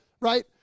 right